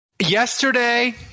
Yesterday